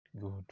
good